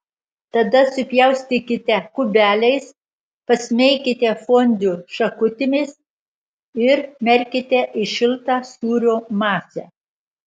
tada supjaustykite kubeliais pasmeikite fondiu šakutėmis ir merkite į šiltą sūrio masę